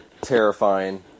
terrifying